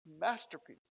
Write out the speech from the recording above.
masterpiece